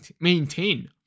maintain